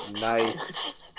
Nice